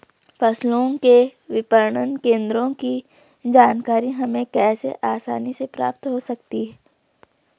फसलों के विपणन केंद्रों की जानकारी हमें कैसे आसानी से प्राप्त हो सकती?